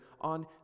on